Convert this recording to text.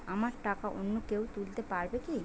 আমার টাকা অন্য কেউ তুলতে পারবে কি?